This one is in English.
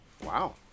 Wow